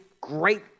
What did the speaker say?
great